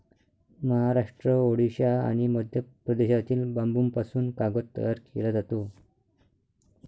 महाराष्ट्र, ओडिशा आणि मध्य प्रदेशातील बांबूपासून कागद तयार केला जातो